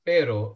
Pero